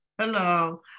Hello